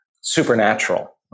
supernatural